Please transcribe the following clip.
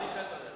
אני אגש לברר.